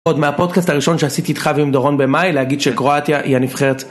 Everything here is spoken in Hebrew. עוד מהפודקאסט הראשון שעשיתי איתך ועם דורון במאי להגיד שקרואטיה היא הנבחרת.